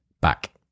back